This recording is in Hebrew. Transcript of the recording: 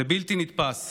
זה בלתי נתפס